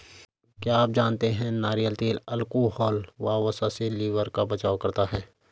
क्या आप जानते है नारियल तेल अल्कोहल व वसा से लिवर का बचाव करता है?